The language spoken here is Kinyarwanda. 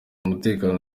umutekano